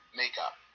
makeup